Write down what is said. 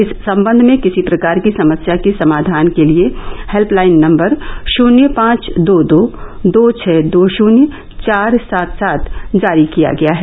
इस संबंध में किसी प्रकार की समस्या के समाधान के लिए हेल्पलाइन नवर शुन्य पांच दो दो दो छः दो शुन्य चार सात सात जारी किया गया है